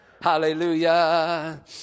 Hallelujah